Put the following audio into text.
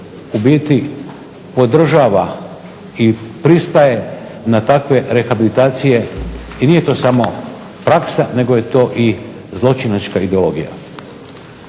biti podržava i pristaje na takve rehabilitacije i nije to samo praksa nego je to i zločinačka ideologija.